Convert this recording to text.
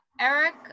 Eric